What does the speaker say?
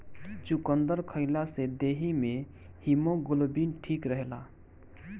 चुकंदर खइला से देहि में हिमोग्लोबिन ठीक रहेला